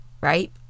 right